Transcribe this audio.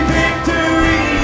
victory